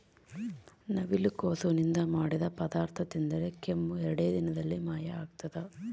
ನವಿಲುಕೋಸು ನಿಂದ ಮಾಡಿದ ಪದಾರ್ಥ ತಿಂದರೆ ಕೆಮ್ಮು ಎರಡೇ ದಿನದಲ್ಲಿ ಮಾಯ ಆಗ್ತದ